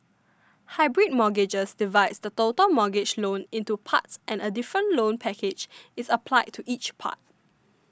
hybrid mortgages divides the total mortgage loan into parts and a different loan package is applied to each part